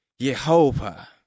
Yehovah